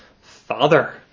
Father